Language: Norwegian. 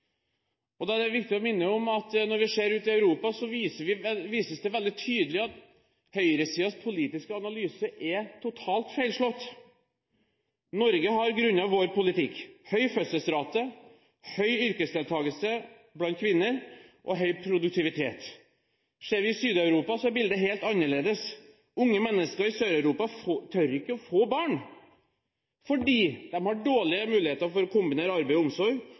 er viktig å minne om at ute i Europa vises det veldig tydelig at høyresidens politiske analyse er totalt feilslått. Norge har grunnet vår politikk høy fødselsrate, høy yrkesdeltagelse blant kvinner og høy produktivitet. Ser vi på Sør-Europa, er bildet helt annerledes. Unge mennesker i Sør-Europa tør ikke å få barn fordi de har dårlige muligheter for å kombinere arbeid og omsorg,